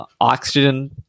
oxygen